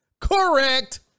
Correct